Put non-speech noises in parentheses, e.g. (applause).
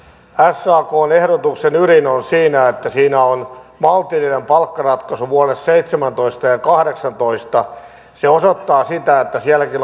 sakn ehdotuksen ydin on siinä että siinä on maltillinen palkkaratkaisu vuosille seitsemäntoista ja ja kahdeksantoista se osoittaa sitä että sielläkin (unintelligible)